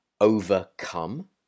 overcome